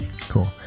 cool